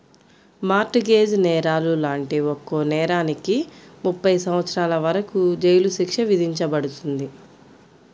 mart gauge నేరాలు లాంటి ఒక్కో నేరానికి ముప్పై సంవత్సరాల వరకు జైలు శిక్ష విధించబడుతుంది